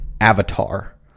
avatar